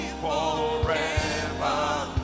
forever